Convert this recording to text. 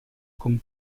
con